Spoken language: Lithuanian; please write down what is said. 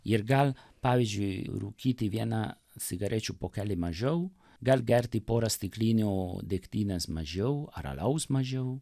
ir gal pavyzdžiui rūkyti vieną cigarečių pokelį mažiau gal gerti porą stiklinių degtinės mažiau ar alaus mažiau